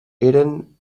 eren